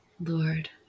Lord